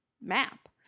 map